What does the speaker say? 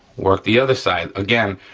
work the other side. again,